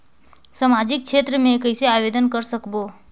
समाजिक क्षेत्र मे कइसे आवेदन कर सकबो?